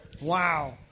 wow